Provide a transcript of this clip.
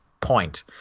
point